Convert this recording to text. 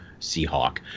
Seahawk